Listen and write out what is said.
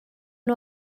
nhw